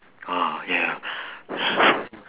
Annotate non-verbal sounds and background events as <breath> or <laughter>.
ah yeah <breath>